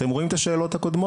אתם רואים את השאלות הקודמות?